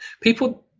people